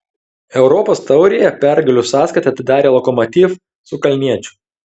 europos taurėje pergalių sąskaitą atidarė lokomotiv su kalniečiu